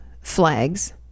flags